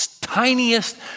tiniest